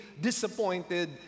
disappointed